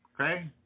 Okay